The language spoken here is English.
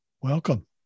Welcome